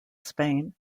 spain